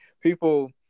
people